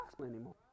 anymore